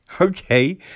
okay